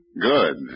Good